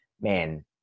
man